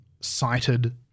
cited